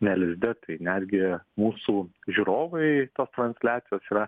ne lizde tai netgi mūsų žiūrovai transliacijos yra